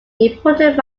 important